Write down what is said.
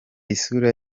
isura